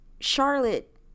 Charlotte